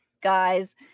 guys